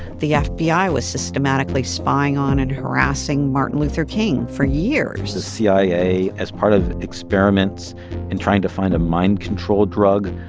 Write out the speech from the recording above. the yeah fbi was systematically spying on and harassing martin luther king for years. the cia, as part of experiments in trying to find a mind-control drug,